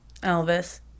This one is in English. elvis